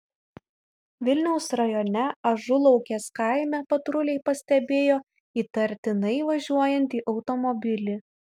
vilniaus rajone ažulaukės kaime patruliai pastebėjo įtartinai važiuojantį automobilį